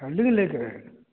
handle लै के अइ